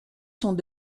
sont